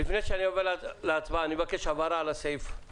לפני שאני אעבור להצבעה, אני רוצה הבהרה לסעיף.